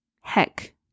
Heck